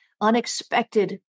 Unexpected